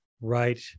right